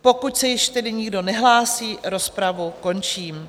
Pokud se již tedy nikdo nehlásí, rozpravu končím.